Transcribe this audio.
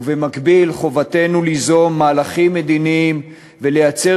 ובמקביל חובתנו ליזום מהלכים מדיניים ולייצר